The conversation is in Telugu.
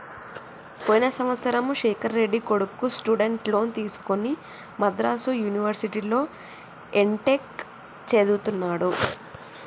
పోయిన సంవత్సరము శేఖర్ రెడ్డి కొడుకు స్టూడెంట్ లోన్ తీసుకుని మద్రాసు యూనివర్సిటీలో ఎంటెక్ చదువుతున్నడు